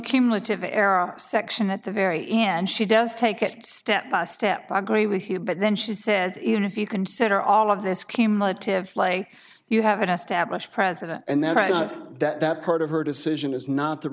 cumulative error section at the very end she does take it step by step i agree with you but then she says even if you consider all of this came to play you have an established president and that's that part of her decision is not the